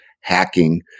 hacking